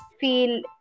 feel